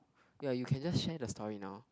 ya you can just share the story now